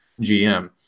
GM